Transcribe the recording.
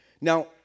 Now